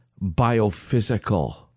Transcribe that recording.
biophysical